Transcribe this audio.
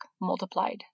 multiplied